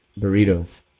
Burritos